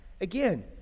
Again